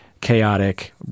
chaotic